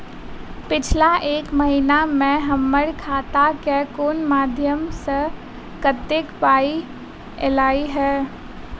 पिछला एक महीना मे हम्मर खाता मे कुन मध्यमे सऽ कत्तेक पाई ऐलई ह?